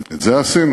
את זה עשינו.